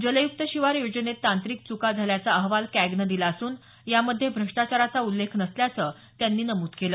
जलयुक्त शिवार योजनेत तांत्रिक चुका झाल्याचा अहवाल कॅगनं दिला असून त्यामध्ये भ्रष्टाचाराचा उल्लेख नसल्याचं त्यांनी नमूद केलं